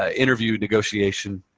ah interview negotiation,